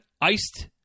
iced